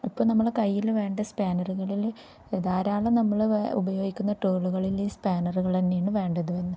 ഇപ്പം നമ്മൾ കയ്യിൽ വേണ്ട സ്പാനറുകളിൽ ധാരാളം നമ്മൾ ഉപയോഗിക്കുന്ന ടൂളുകളിൽ ഈ സ്പാനറുകൾ തന്നെയാണ് വേണ്ടത് എന്ന്